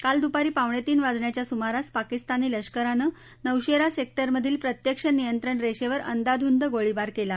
काल दुपारी पावणेतीन वाजेच्या सुमारास पाकिस्तानी लष्कराने नौशेरा सेक्टरमधील प्रत्यक्ष नियंत्रण रेषेवर अंदाधुंद गोळीबार केला